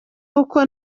uko